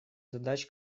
задач